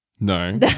No